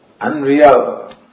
unreal